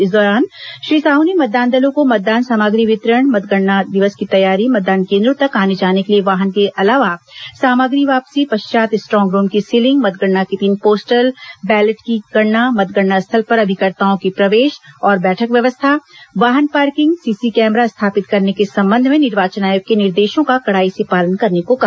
इस दौरान श्री साह ने मतदान दलों को मतदान सामग्री वितरण मतगणना दिवस की तैयारी मतदान केन्द्रों तक आने जाने के लिए वाहन के अलावा सामग्री वापसी पश्चात स्ट्रांग रूम की सीलिंग मतगणना के दिन पोस्टल बैलेट की गणना मतगणना स्थल पर अभिकर्ताओं के प्रवेश और बैठक व्यवस्था वाहन पार्किंग सीसी कैमरा स्थापित करने के संबंध में निर्वाचन आयोग के निर्देशों का कड़ाई से पालन करने को कहा